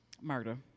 Murder